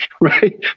Right